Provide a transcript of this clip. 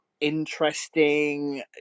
interesting